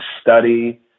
study